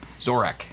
Zorak